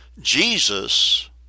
Jesus